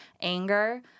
anger